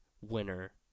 winner